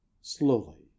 slowly